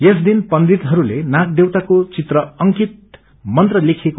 यस दिन पण्डितहरूले नाग देवताको चित्र अंकित मंत्र लेखिकऐ